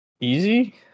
easy